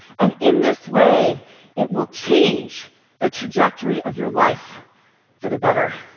and in this way it will change the trajectory of your life for the better.